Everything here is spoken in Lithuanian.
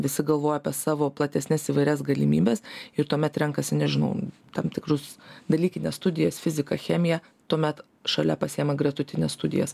visi galvoja apie savo platesnes įvairias galimybes ir tuomet renkasi nežinau tam tikrus dalykines studijas fiziką chemiją tuomet šalia pasiima gretutines studijas